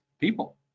people